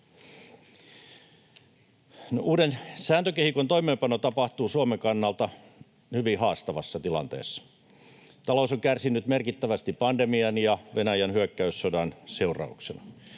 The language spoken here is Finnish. Uuden sääntökehikon toimeenpano tapahtuu Suomen kannalta hyvin haastavassa tilanteessa. Talous on kärsinyt merkittävästi pandemian ja Venäjän hyökkäyssodan seurauksena.